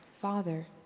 Father